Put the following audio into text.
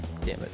damage